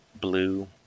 blue